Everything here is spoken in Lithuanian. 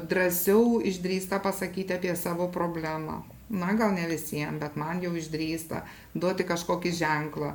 drąsiau išdrįsta pasakyti apie savo problemą na gal ne visiem bet man jau išdrįsta duoti kažkokį ženklą